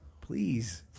Please